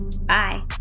Bye